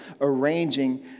arranging